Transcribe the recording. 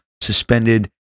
suspended